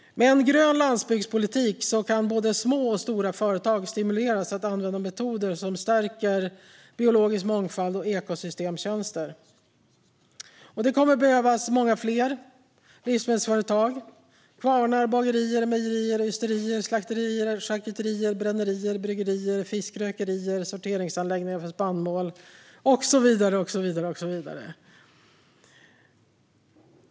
Med en grön landsbygdspolitik kan både små och stora företag stimuleras att använda metoder som stärker biologisk mångfald och ekosystemtjänster. Det kommer att behövas många fler livsmedelsföretag som kvarnar, bagerier, mejerier, ysterier, slakterier, charkuterier, brännerier, bryggerier, fiskrökerier, sorteringsanläggningar för spannmål och så vidare.